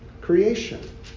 creation